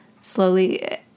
slowly